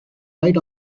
right